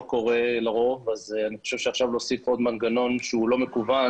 לרוב לא קורה ואני חושב שעכשיו להוסיף עוד מנגנון שהוא לא מקוון